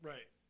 Right